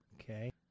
Okay